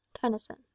Tennyson